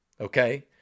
Okay